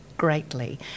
greatly